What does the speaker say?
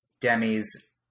Demi's